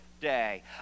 day